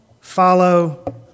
follow